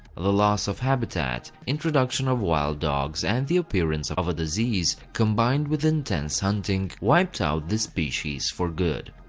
the loss of habitat, introduction of wild dogs and the appearance of a disease, combined with intense hunting wiped out this species for good.